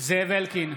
זאב אלקין,